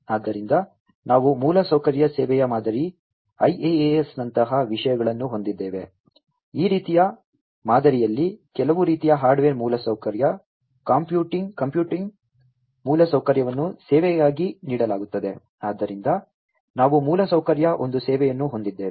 ಆದ್ದರಿಂದ ನಾವು ಮೂಲಸೌಕರ್ಯ ಸೇವೆಯ ಮಾದರಿ ನಂತಹ ವಿಷಯಗಳನ್ನು ಹೊಂದಿದ್ದೇವೆ ಈ ರೀತಿಯ ಮಾದರಿಯಲ್ಲಿ ಕೆಲವು ರೀತಿಯ ಹಾರ್ಡ್ವೇರ್ ಮೂಲಸೌಕರ್ಯ ಕಂಪ್ಯೂಟಿಂಗ್ ಮೂಲಸೌಕರ್ಯವನ್ನು ಸೇವೆಯಾಗಿ ನೀಡಲಾಗುತ್ತದೆ ಆದ್ದರಿಂದ ನಾವು ಮೂಲಸೌಕರ್ಯ ಒಂದು ಸೇವೆಯನ್ನು ಹೊಂದಿದ್ದೇವೆ